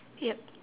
yup